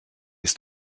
ist